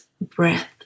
breath